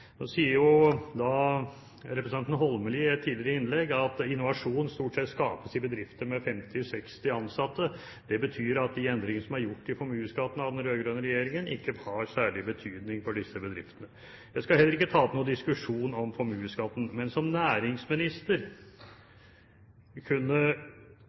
Representanten Holmelid sier i et tidligere innlegg at innovasjon stort sett skapes i bedrifter med 50–60 ansatte. Det betyr at de endringene som er gjort i formuesskatten av den rød-grønne regjeringen, ikke har særlig betydning for disse bedriftene. Jeg skal heller ikke ta opp noen diskusjon om formuesskatten, men som næringsminister kunne